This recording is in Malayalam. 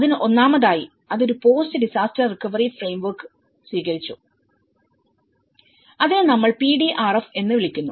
അതിനാൽ ഒന്നാമതായി അത് ഒരു post disaster recovery framework post disaster recovery framework സ്വീകരിച്ചു അതിനെ നമ്മൾ PDRF എന്ന് വിളിക്കുന്നു